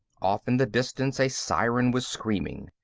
off in the distance a siren was screaming.